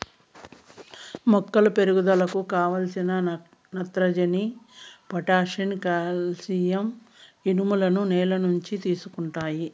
మొక్కల పెరుగుదలకు కావలసిన నత్రజని, పొటాషియం, కాల్షియం, ఇనుములను నేల నుంచి తీసుకుంటాయి